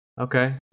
Okay